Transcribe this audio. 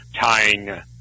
tying